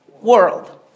world